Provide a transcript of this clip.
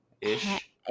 ish